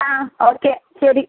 ആ ഓക്കെ ശരി